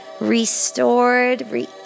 restored